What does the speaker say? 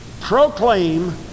proclaim